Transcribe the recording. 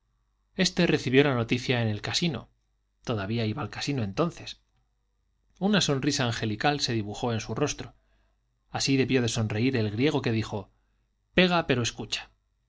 este recibió la noticia en el casino todavía iba al casino entonces una sonrisa angelical se dibujó en su rostro así debió de sonreír el griego que dijo pega pero escucha